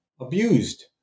abused